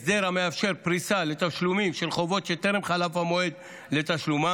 הסדר המאפשר פריסה לתשלומים של חובות שטרם חלף המועד לתשלומם.